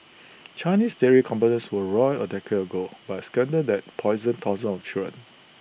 Chinese dairy companies were roiled A decade ago by A scandal that poisoned thousands of children